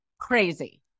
crazy